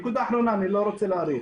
נקודה אחרונה אני לא רוצה להאריך.